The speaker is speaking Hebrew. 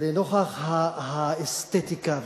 לנוכח האסתטיקה והטיפוח.